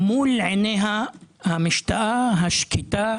מול עיניה המשתאה, השקטה,